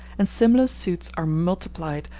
and similar suits are multiplied,